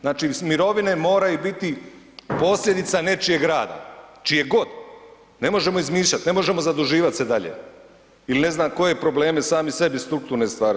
Znači mirovine moraju biti posljedica nečijeg rada, čijeg god, ne možemo izmišljat, ne možemo se zaduživati se dalje ili ne znam koje probleme sami sebi strukturne stvarat.